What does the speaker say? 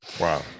wow